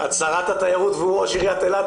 את שרת התיירות והוא ראש עיריית אילת,